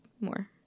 more